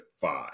five